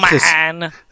man